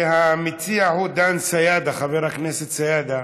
שהמציע הוא דן סידה, חבר הכנסת סידה.